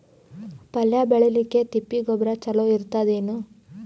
ಪಲ್ಯ ಬೇಳಿಲಿಕ್ಕೆ ತಿಪ್ಪಿ ಗೊಬ್ಬರ ಚಲೋ ಇರತದೇನು?